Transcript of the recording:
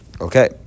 Okay